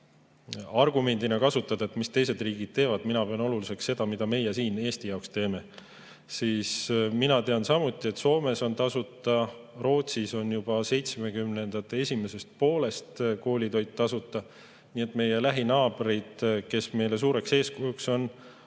argumendina kasutada, mida teised riigid teevad. Mina pean oluliseks seda, mida meie siin Eesti jaoks teeme. Aga mina tean samuti, et Soomes on koolitoit tasuta ja Rootsis on juba 1970‑ndate esimesest poolest koolitoit tasuta. Nii et meie lähinaabrid, kes meile suureks eeskujuks on,